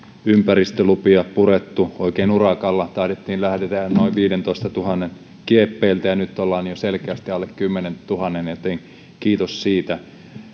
ympäristölupia purettu oikein urakalla taidettiin lähteä noin viidentoistatuhannen kieppeiltä ja nyt ollaan jo selkeästi alle kymmenentuhannen joten kiitos siitä